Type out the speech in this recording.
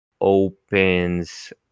Opens